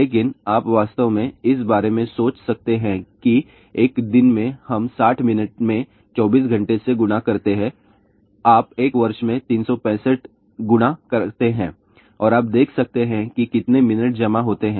लेकिन आप वास्तव में इस बारे में सोच सकते हैं कि एक विशेष दिन में हम 60 मिनट में 24 घंटे से गुणा करते हैं आप एक वर्ष में 365 गुणा करते हैं और आप देख सकते हैं कि कितने मिनट जमा होते हैं